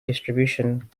distribution